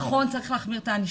נכון, צריך להחמיר את הענישה.